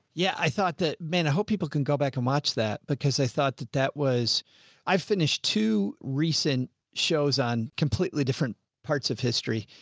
yeah, i thought that man, i hope people can go back and watch that because i thought that that was i've finished. two recent shows on completely. the different parts of history.